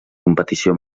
competició